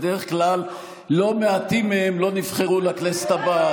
בדרך כלל לא מעטים מהם לא נבחרו לכנסת הבאה,